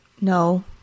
no